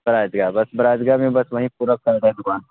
بڑا عید گاہ بس بڑا عید گاہ میں بس وہیں پورا دکان ہے